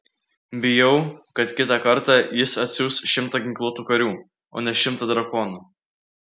bijau kad kitą kartą jis atsiųs šimtą ginkluotų karių o ne šimtą drakonų